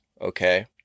okay